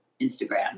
Instagram